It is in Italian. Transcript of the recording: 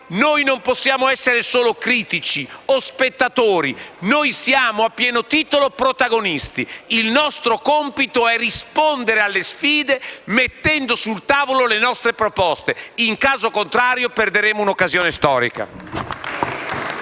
non possiamo essere solo critici o spettatori. Noi ne siamo a pieno titolo protagonisti. Il nostro compito è rispondere alle sfide mettendo sul tavolo le nostre proposte. In caso contrario perderemo un'occasione storica.